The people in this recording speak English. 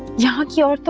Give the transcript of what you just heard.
ya ya